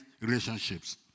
relationships